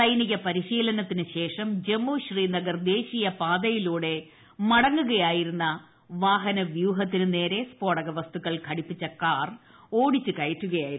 സൈനിക പരിശീലനത്തിനു ശേഷം ജമ്മു ശ്രീനഗർ ദേശീയ പാതയിലൂടെ മടങ്ങുകയായിരുന്ന വാഹനവ്യൂഹത്തിന് നേരെ സ്ഫോടക വസ്തുക്കൾ ഘടിപ്പിച്ചു കാർ ഓടിച്ചു കയറ്റുകയായിരുന്നു